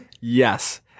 Yes